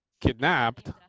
Kidnapped